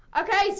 Okay